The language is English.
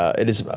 it is